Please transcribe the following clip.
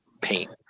paint